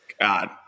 God